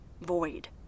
void